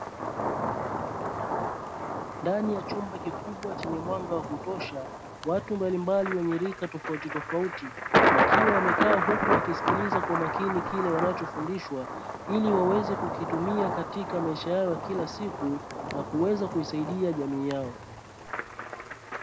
Ndani ya chumba kikubwa chenye mwanga wa kutosha watu mbalimbali wenye rika tofauti tofauti wakiwa wamekaa huku, wakiskiliza kwa umakini kile wanachofundishwa, ili waweze kukitukia katika maisha yao ya kila siku na kuweza kuisaidia jamii yao.